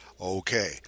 Okay